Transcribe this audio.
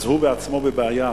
אז הוא בעצמו בבעיה.